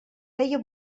feia